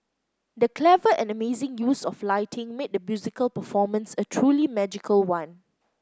the clever and amazing use of lighting made the musical performance a truly magical one